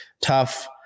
tough